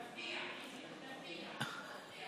תפתיע, תפתיע.